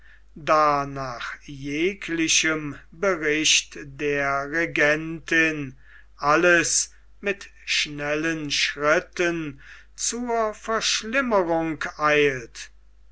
da nach jeglichem berichte der regentin alles mit schnellen schritten zur verschlimmerung eilt